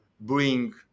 bring